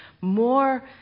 more